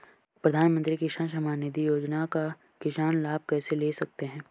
प्रधानमंत्री किसान सम्मान निधि योजना का किसान लाभ कैसे ले सकते हैं?